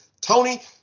tony